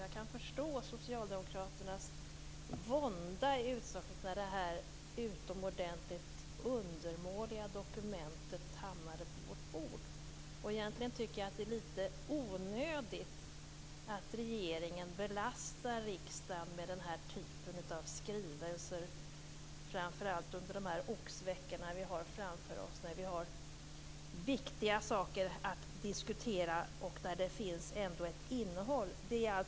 Jag kan förstå Socialdemokraternas vånda i utskottet när detta utomordentligt undermåliga dokument hamnade på vårt bord. Det är egentligen onödigt att regeringen belastar riksdagen med den här typen av skrivelser, framför allt under de oxveckor som vi har framför oss när vi har viktiga saker att diskutera och där det finns ett innehåll.